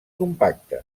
compacte